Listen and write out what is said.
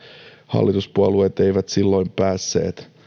hallituspuolueet eivät silloin päässeet